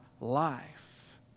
life